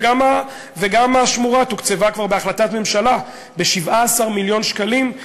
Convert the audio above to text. וגם השמורה תוקצבה כבר בהחלטת ממשלה ב-17 מיליון שקלים,